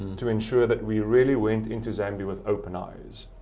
to ensure that we really went into zambia with open eyes.